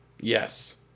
Yes